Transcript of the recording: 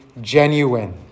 genuine